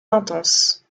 intense